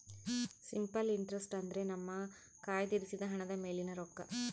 simple interest ಅಂದ್ರೆ ನಮ್ಮ ಕಯ್ದಿರಿಸಿದ ಹಣದ ಮೇಲಿನ ರೊಕ್ಕ